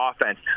offense